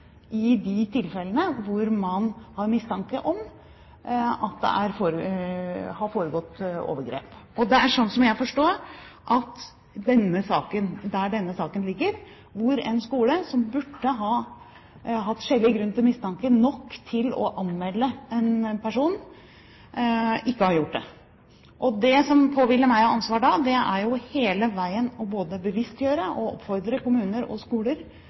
i de tilfellene hvor man har mistanke om at det har foregått overgrep. Og det er der, etter hva jeg forstår, denne saken ligger, at en skole som burde hatt skjellig grunn til mistanke til å anmelde en person, ikke har gjort det. Det som påhviler meg av ansvar da, er hele veien både å bevisstgjøre kommuner og skoler og oppfordre